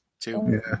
Two